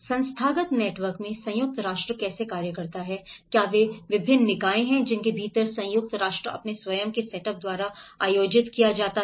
संस्थागत नेटवर्क में संयुक्त राष्ट्र कैसे कार्य करता है क्या वे विभिन्न निकाय हैं जिनके भीतर संयुक्त राष्ट्र अपने स्वयं के सेटअप द्वारा आयोजित किया जाता है